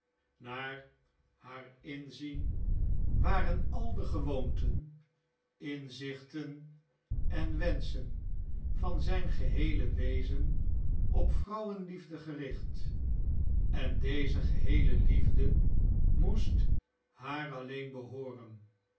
naar haar inzien waren al de gewoonten inzichten en wenschen van zijn geheele wezen op vrouwenliefde gericht en deze geheele liefde moest haar alleen behooren